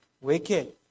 wicked